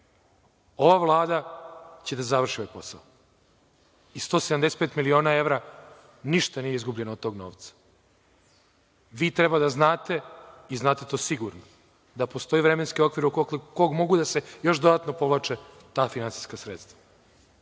Ova Vlada će da završi ovaj posao i 175 miliona evra. Ništa nije izgubljeno od tog novca. Vi treba da znate i znate to sigurno da postoji vremenski u okviru kog mogu još dodatno da se povlače ta finansijska sredstva.